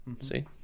See